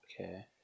Okay